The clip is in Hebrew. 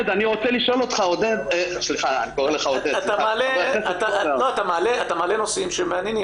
את המעלה נושאים מעניינים.